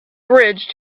bridge